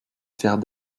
faire